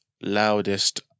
Loudest